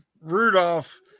Rudolph